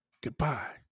Goodbye